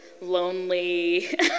lonely